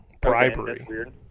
bribery